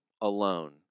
alone